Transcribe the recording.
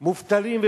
ויותר מובטלים,